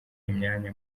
imyanya